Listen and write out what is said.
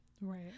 Right